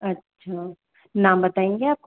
अच्छा नाम बताएंगे आप